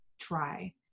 try